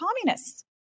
communists